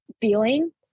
feeling